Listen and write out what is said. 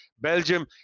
Belgium